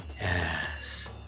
Yes